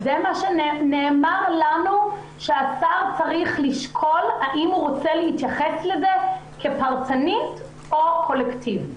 נאמר לנו שהשר צריך לשקול האם הוא רוצה להתייחס לזה כפרטני או קולקטיבי.